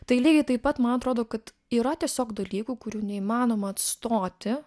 tai lygiai taip pat man atrodo kad yra tiesiog dalykų kurių neįmanoma atstoti